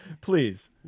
please